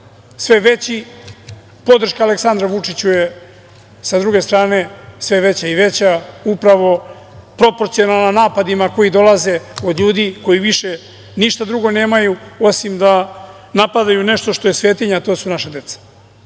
sve veći podrška Aleksandru Vučiću je sa druge strane je sve veća i veća upravo proporcionalno napadima koji dolaze od ljudi koji više ništa drugo nemaju osim da napadaju nešto što je svetinja, a to su naša